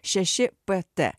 šeši pt